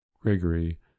Gregory